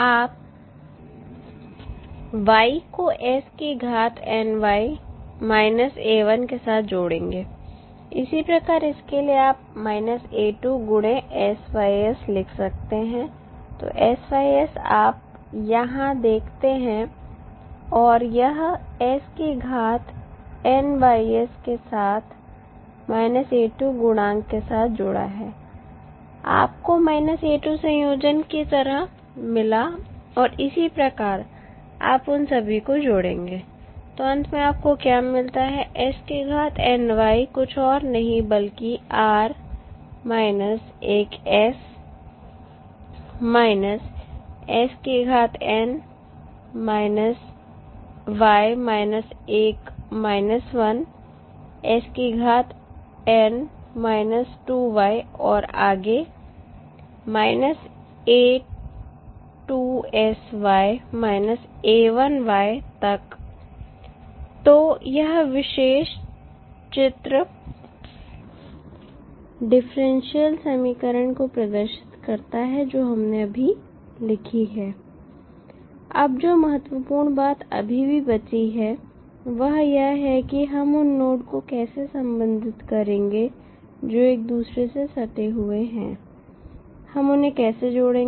आप y को s की घात ny a1 के साथ जोड़ेंगे इसी प्रकार इसके लिए आप a2 sys लिख सकते हैं तो sys आप यहां देखते हैं और यह s की घात nys के साथ a2 गुणांक के साथ जुड़ा है आप को a2 संयोजन के तरह मिला और इसी प्रकार आप उन सभी को जोड़ेंगे तो अंत में आपको क्या मिलता है s की घात ny कुछ और नहीं बल्कि r एक s s की घात n y एक 1 s की घात n 2y और आगे a2sy a1y तक तो यह विशेष चित्र डिफरेंशियल समीकरण को प्रदर्शित करता है जो हमने अभी लिखी है अब जो महत्वपूर्ण बात अभी भी बची है वह यह है कि हम उन नोड को कैसे संबंधित करेंगे जो एक दूसरे से सटे हुए हैं हम उन्हें कैसे जोड़ेंगे